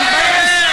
תתבייש.